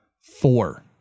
Four